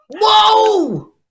Whoa